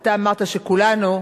אתה אמרת שכולנו,